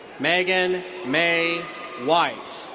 megan may white.